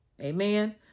Amen